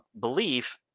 belief